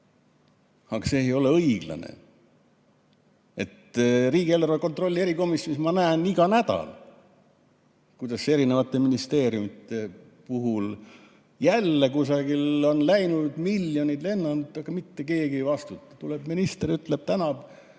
Aga see ei ole õiglane. Riigieelarve kontrolli erikomisjonis ma näen iga nädal, kuidas erinevate ministeeriumide puhul jälle kusagil on miljonid lennanud, aga mitte keegi ei vastuta. Tuleb minister, tänab